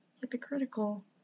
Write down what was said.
hypocritical